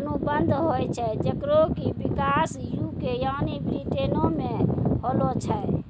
अनुबंध होय छै जेकरो कि विकास यू.के यानि ब्रिटेनो मे होलो छै